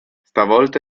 stavolta